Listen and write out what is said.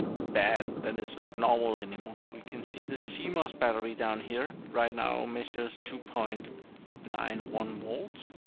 a bad, and it's not normal anymore. we can see the cmos battery down here, right now, measures two point nine one volts,